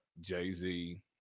Jay-Z